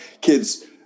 Kids